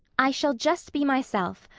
i shall just be myself.